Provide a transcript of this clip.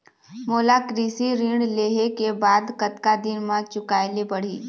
मोला कृषि ऋण लेहे के बाद कतका दिन मा चुकाए ले पड़ही?